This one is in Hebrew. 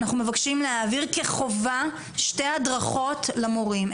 אנחנו מבקשים להעביר כחובה שתי הדרכות למורים.